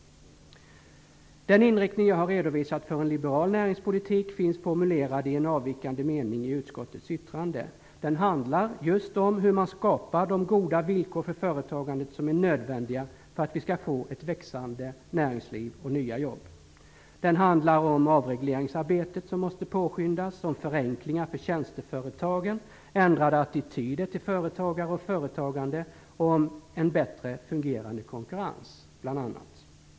Den inriktning jag har redovisat för en liberal näringspolitisk finns formulerad i en avvikande mening i utskottets yrkande. Den handlar just om hur man skapar de goda villkor för företagandet som är nödvändiga för att vi skall få ett växande näringsliv och nya jobb. Den handlar bl.a. om avregleringsarbetet, som måste påskyndas, om förenklingar för tjänsteföretagen, om ändrade attityder till företagare och företagande och om en bättre fungerande konkurrens.